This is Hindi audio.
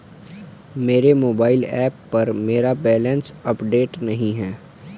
मेरे मोबाइल ऐप पर मेरा बैलेंस अपडेट नहीं है